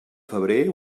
febrer